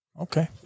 Okay